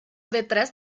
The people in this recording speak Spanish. detrás